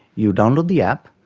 you download the app,